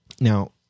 Now